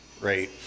right